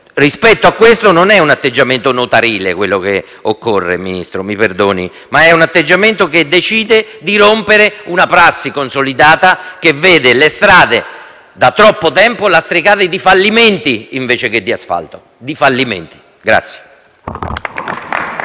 Rispetto a questo, non è un atteggiamento notarile quello che occorre signor Ministro, mi perdoni, ma l'atteggiamento che decide di rompere una prassi consolidata, che vede le strade da troppo tempo lastricate di fallimenti invece che di asfalto. *(Applausi del